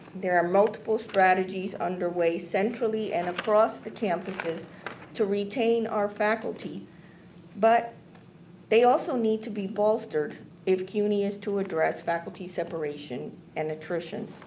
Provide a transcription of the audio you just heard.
there are multiple strategies underway centrally and across the campuses to retain our faculty but they also need to be bolstered if cuny is to address faculty separation and attrition.